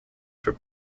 for